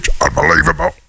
unbelievable